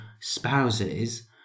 spouses